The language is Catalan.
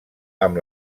amb